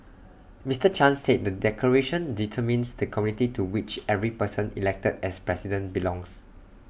Mister chan said the declaration determines the community to which every person elected as president belongs